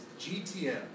GTM